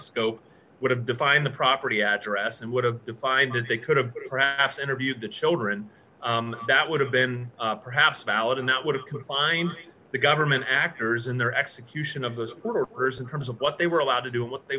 scope would have defined the property address and would have defined that they could have interviewed the children that would have been perhaps valid and that would have to find the government actors in their execution of those workers in terms of what they were allowed to do what they